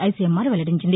ICMR వెల్లడించింది